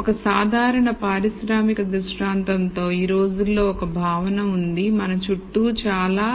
ఒక సాధారణ పారిశ్రామిక దృష్టాంతంలో ఈ రోజుల్లో ఒక భావన ఉంది మన చుట్టూ చాలా